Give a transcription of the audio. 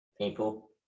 people